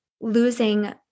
losing